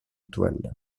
toile